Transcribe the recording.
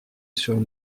sur